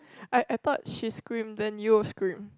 I I thought she scream then you will scream